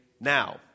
now